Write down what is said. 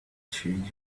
change